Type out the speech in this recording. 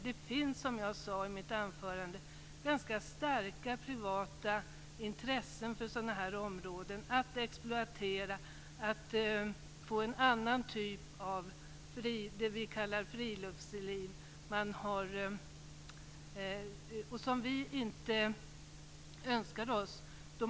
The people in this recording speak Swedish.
Det finns, som jag sade i mitt anförande, ganska starka privata intressen för att exploatera sådana här områden så att man får en annan typ av friluftsliv, som vi inte önskar oss.